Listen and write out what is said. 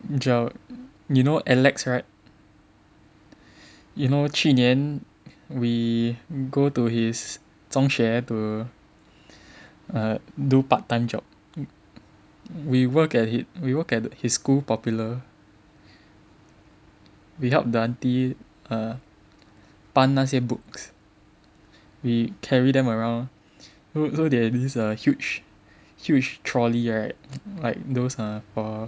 Joel you know Alex right you know 去年 we go to his 中学 to err do part time job we work at it we work at his school Popular we helped the auntie err 搬那些 books we carry them around so they have these huge trolley right like those are for